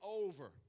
over